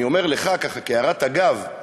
אני אומר לך, כהערת אגב: